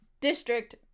district